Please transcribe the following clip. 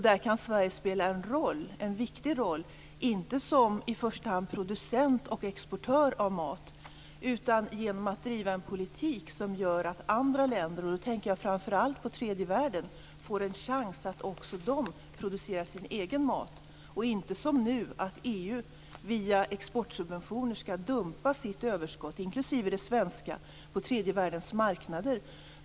Där kan Sverige spela en viktig roll, inte som i första hand producent och exportör av mat, utan genom att driva en politik som gör att andra länder, och då tänker jag framför allt på länder i tredje världen, får en chans att också de producera sin egen mat. Det skall inte vara som nu att EU via exportsubventioner skall dumpa sitt överskott, inklusive det svenska, på tredje världens marknader.